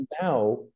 Now